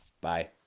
Bye